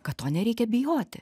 kad to nereikia bijoti